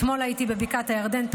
פשוט אתמול הייתי בבקעת הירדן,